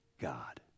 God